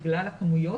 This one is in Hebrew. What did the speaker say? בגלל הכמויות